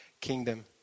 kingdom